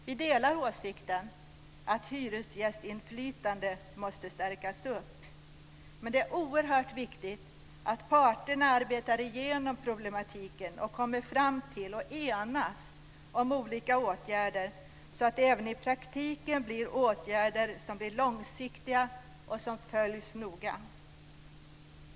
Vi delar åsikten att hyresgästinflytandet måste stärkas. Men det är oerhört viktigt att parterna arbetar igenom problematiken och kommer fram till och enas om olika åtgärder så att det även i praktiken vidtas åtgärder som är långsiktiga och som följs noga.